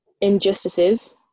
injustices